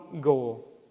goal